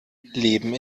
leben